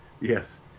Yes